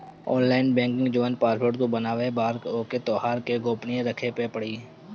online banking जवन password तू बनावत बारअ ओके तोहरा के गोपनीय रखे पे पड़ी